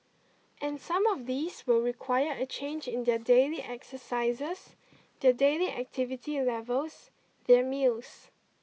and some of these will require a change in their daily exercises their daily activity levels their meals